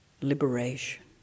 liberation